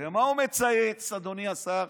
ומה הוא מצייץ, אדוני השר?